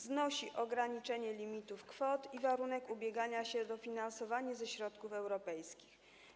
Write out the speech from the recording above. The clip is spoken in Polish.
Znosi ona ograniczenie limitów kwot i warunek ubiegania się o dofinansowanie ze środków europejskich.